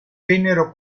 vennero